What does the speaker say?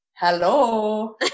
Hello